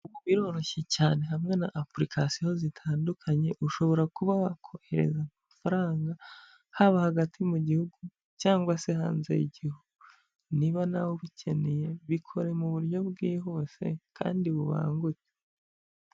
Biroroshye cyane hamwe na apurikasiyo zitandukanye, ushobora kuba wakohereza amafaranga haba hagati mu gihugu, cyangwa se hanze y'igihugu, niba nawe ubikeneye bikore mu buryo bwihuse, kandi bubangutse.